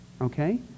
okay